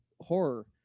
horror